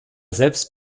selbst